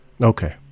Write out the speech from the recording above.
Okay